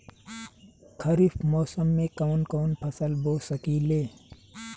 खरिफ मौसम में कवन कवन फसल बो सकि ले?